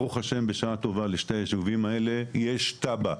ברוך השם ובשעה טובה לשני הישובים האלה יש תב"ע,